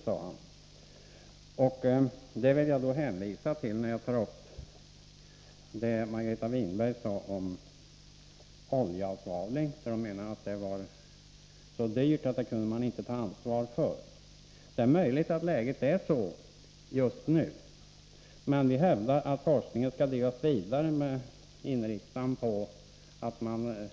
Detta vill jag hänvisa till, när jag tar upp vad Margareta Winberg sade om oljeavsvavling. Hon menade att det var så dyrt att man inte kunde ta ansvar för det. Det är möjligt att läget är sådant just nu. Men vi hävdar att forskningen skall drivas vidare med inriktning på att man